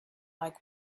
like